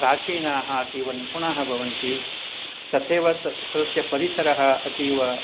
प्राचीनाः अतीव निपुणाः भवन्ति तथैव तस्य तस्य परिसरः अतीव